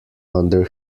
under